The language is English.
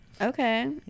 okay